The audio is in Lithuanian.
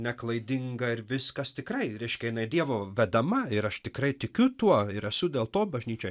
neklaidinga ir viskas tikrai reiškia dievo vedama ir aš tikrai tikiu tuo ir esu dėl to bažnyčioj